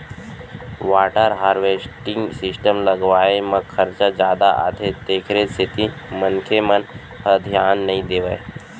water harvesting system लगवाए म खरचा जादा आथे तेखर सेती मनखे मन ह धियान नइ देवय